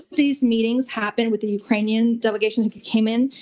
these meetings happened when the ukrainian delegation came in,